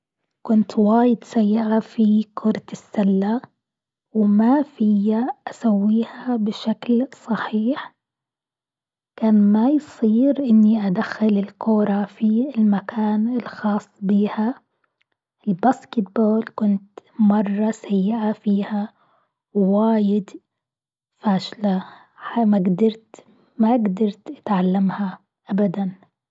كنت واجد سيئة في كرة السلة، وما فيا اسويها بشكل صحيح، كان لما يصير إني أدخل الكورة في المكان الخاص بيها الباسكت بول كنت مرة سيئة فيها وواجد فاشلة ما قدرت - ما قدرت أتعلمها أبدًا.